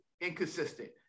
inconsistent